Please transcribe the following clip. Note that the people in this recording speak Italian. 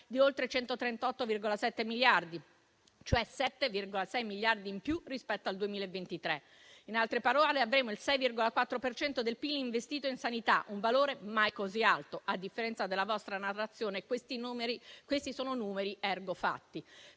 di oltre 138,7 miliardi, cioè 7,6 miliardi in più rispetto al 2023. In altre parole, avremo il 6,4 per cento del PIL investito in sanità: un valore mai così alto. A differenza della vostra narrazione, questi sono numeri, *ergo* fatti.